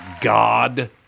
God